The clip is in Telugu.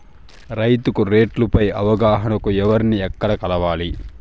రైతుకు రేట్లు పై అవగాహనకు ఎవర్ని ఎక్కడ కలవాలి?